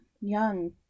young